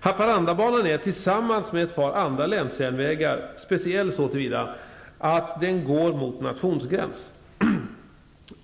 Haparandabanan är, tillsammans med ett par andra länsjärnvägar, speciell så till vida att den går mot nationsgräns.